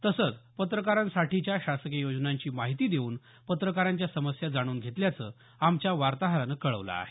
तसंच पत्रकारांसाठीच्या शासकीय योजनांची माहिती देऊन पत्रकारांच्या समस्या जाणून घेतल्याचं आमच्या वार्ताहरानं कळवलं आहे